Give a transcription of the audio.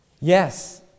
Yes